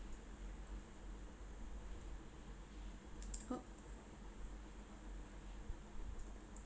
oh